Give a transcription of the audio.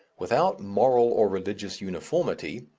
without moral or religious uniformity,